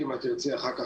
אני מעבירה למי שרצה.